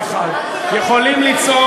אני כן אלמד אותך,